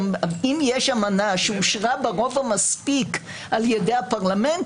אם יש אמנה שאושרה ברוב המספיק על ידי הפרלמנט,